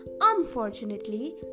unfortunately